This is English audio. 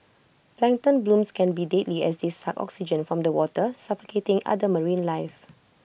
plankton blooms can be deadly as they suck oxygen from the water suffocating other marine life